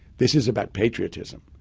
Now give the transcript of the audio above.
this is about patriotism.